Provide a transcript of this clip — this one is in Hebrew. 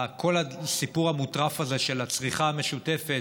כל הסיפור המוטרף הזה של הצריכה המשותפת,